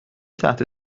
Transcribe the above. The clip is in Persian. تحت